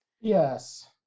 Yes